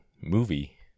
movie